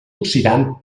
oxidant